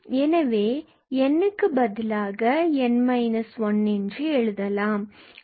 எனவே n பதிலாக n 1 எழுதலாம்